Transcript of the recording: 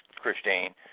Christine